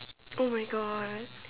oh my God